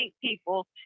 people